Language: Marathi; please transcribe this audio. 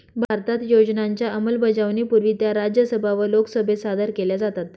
भारतात योजनांच्या अंमलबजावणीपूर्वी त्या राज्यसभा व लोकसभेत सादर केल्या जातात